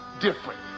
different